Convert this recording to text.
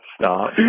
stop